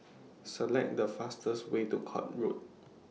Select The fastest Way to Court Road